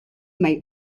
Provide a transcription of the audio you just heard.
may